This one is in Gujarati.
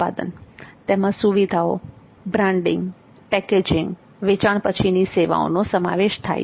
તેમાં ઉત્પાદન સુવિધાઓ બ્રાન્ડિંગ પેકેજીંગ વેચાણ પછીની સેવાઓનો સમાવેશ થાય છે